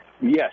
Yes